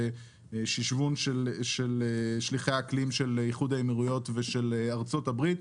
עם שליחי האקלים של איחוד האמירויות ושל ארצות הברית.